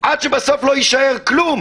עד שבסוף לא יישאר כלום.